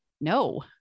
no